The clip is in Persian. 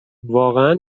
واقعا